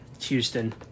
Houston